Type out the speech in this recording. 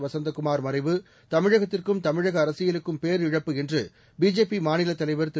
வசந்தகுமார் மறைவு தமிழகத்திற்கும் தமிழக அரசியலுக்கும் பேரிழப்பு என்று பிஜேபி மாநிலத் தலைவர் திரு